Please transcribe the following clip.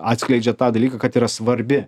atskleidžia tą dalyką kad yra svarbi